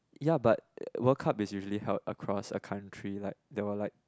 ya but World Cup is usually held across a country like there were like